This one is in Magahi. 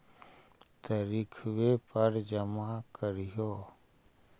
तरिखवे पर जमा करहिओ?